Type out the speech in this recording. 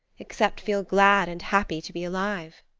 except feel glad and happy to be alive.